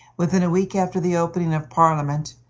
within a week after the opening of parliament,